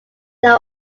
there